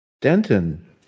Denton